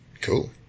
Cool